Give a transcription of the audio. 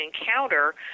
encounter